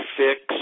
fix